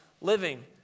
living